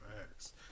Facts